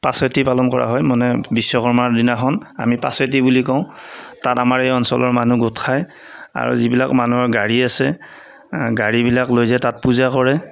পাচেতি পালন কৰা হয় মানে বিশ্বকৰ্মাৰ দিনাখন আমি পাচেতি বুলি কওঁ তাত আমাৰ এই অঞ্চলৰ মানুহ গোট খায় আৰু যিবিলাক মানুহৰ গাড়ী আছে গাড়ীবিলাক লৈ যাই তাত পূজা কৰে